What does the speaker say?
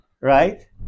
right